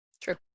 True